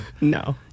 No